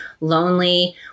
lonely